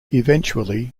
eventually